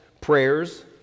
prayers